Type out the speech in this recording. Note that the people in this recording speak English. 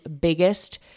biggest